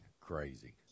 Crazy